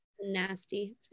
nasty